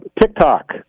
TikTok